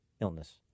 illness